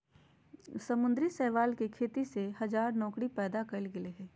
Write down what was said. समुद्री शैवाल के खेती से हजार नौकरी पैदा कइल गेल हइ